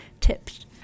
tips